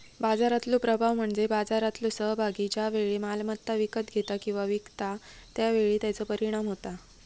बाजारातलो प्रभाव म्हणजे बाजारातलो सहभागी ज्या वेळी मालमत्ता विकत घेता किंवा विकता त्या वेळी त्याचा परिणाम होता